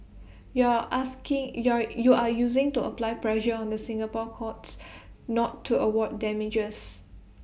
you are asking you are you are using to apply pressure on the Singapore courts not to award damages